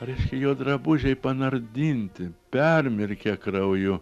reiškia jo drabužiai panardinti permirkę krauju